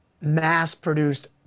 mass-produced